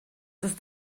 ist